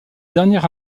dernière